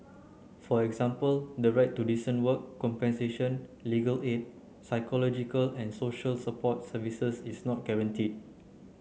for example the right to decent work compensation legal aid psychological and social support services is not guaranteed